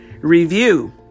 review